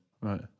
Right